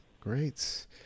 Great